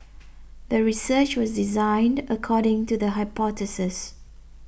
the research was designed according to the hypothesis